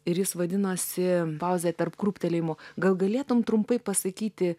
ir jis vadinasi pauzė tarp krūptelėjimų gal galėtumei trumpai pasakyti